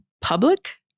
public